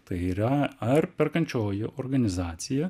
tai yra ar perkančioji organizacija